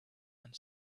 and